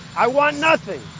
i want nothing.